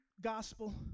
gospel